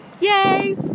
Yay